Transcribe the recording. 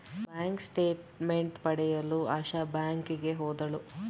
bank statement ಪಡೆಯಲು ಆಶಾ ಬ್ಯಾಂಕಿಗೆ ಹೋದಳು